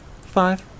Five